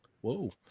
whoa